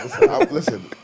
Listen